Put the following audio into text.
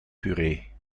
puree